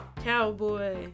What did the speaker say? cowboy